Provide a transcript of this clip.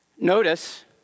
Notice